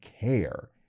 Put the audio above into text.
care